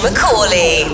McCauley